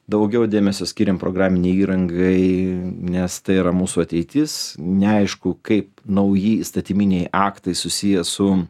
daugiau dėmesio skiriam programinei įrangai nes tai yra mūsų ateitis neaišku kaip nauji įstatyminiai aktai susiję su